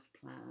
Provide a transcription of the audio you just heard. plan